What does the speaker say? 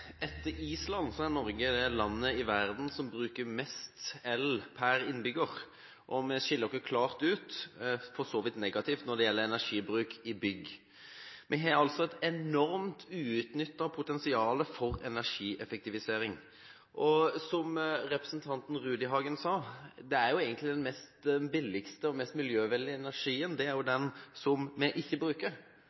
Etter Island er Norge det landet i verden som bruker mest el per innbygger, og vi skiller oss klart ut negativt når det gjelder energibruk i bygg. Vi har altså et enormt uutnyttet potensial for energieffektivisering. Som representanten Rudihagen sa: Den billigste og mest miljøvennlige energien er den vi ikke bruker.